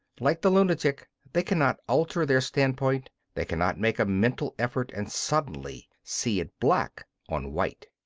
like the lunatic, they cannot alter their standpoint they cannot make a mental effort and suddenly see it black on white.